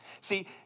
See